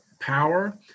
power